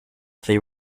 they